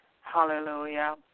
Hallelujah